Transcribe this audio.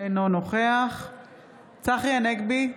אינו נוכח צחי הנגבי,